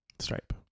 stripe